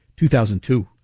2002